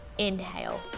inhale.